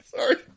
Sorry